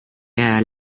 era